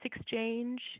exchange